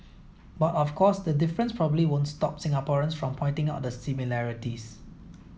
but of course the difference probably won't stop Singaporeans from pointing out the similarities